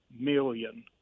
million